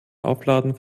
aufladen